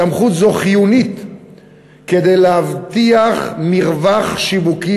סמכות זו חיונית כדי להבטיח מרווח שיווקי